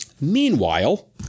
Meanwhile